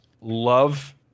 love